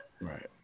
Right